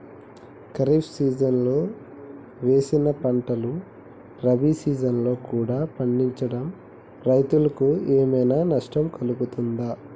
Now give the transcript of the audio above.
ఖరీఫ్ సీజన్లో వేసిన పంటలు రబీ సీజన్లో కూడా పండించడం రైతులకు ఏమైనా నష్టం కలుగుతదా?